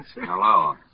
Hello